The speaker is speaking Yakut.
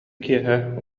киэһэ